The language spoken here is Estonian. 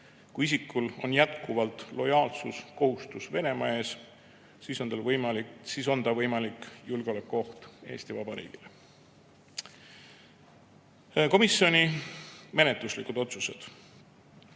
kui isikul on jätkuvalt lojaalsuskohustus Venemaa ees, siis on ta võimalik julgeolekuoht Eesti Vabariigile. Komisjoni menetluslikud otsused.